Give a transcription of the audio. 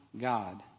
God